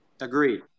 Agreed